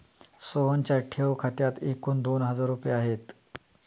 सोहनच्या ठेव खात्यात एकूण दोन हजार रुपये आहेत